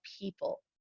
people